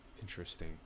Interesting